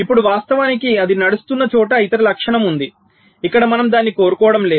ఇప్పుడు వాస్తవానికి అది నడుస్తున్న చోట ఇతర లక్షణం ఉంది ఇక్కడ మనము దానిని కోరుకోవడం లేదు